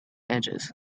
edges